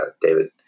David